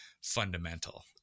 fundamental